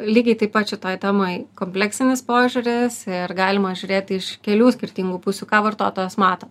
lygiai taip pat šitoje temoje kompleksinis požiūris ar galima žiūrėti iš kelių skirtingų pusių ką vartotojas mato